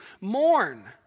mourn